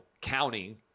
counting